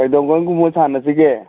ꯀꯩꯗꯧꯉꯩꯒꯨꯝꯕ ꯁꯥꯟꯅꯁꯤꯒꯦ